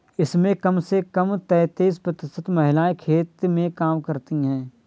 इसमें कम से कम तैंतीस प्रतिशत महिलाएं खेत में काम करती हैं